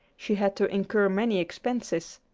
she had to incur many expenses.